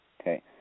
Okay